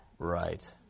Right